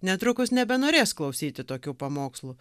netrukus nebenorės klausyti tokių pamokslų